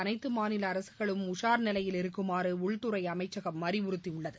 அனைத்து மாநில அரசுகளும் உஷார் நிலையில் இருக்குமாறு உள்துறை அமைச்சகம் அறிவுறுத்தியுள்ளது